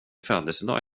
födelsedag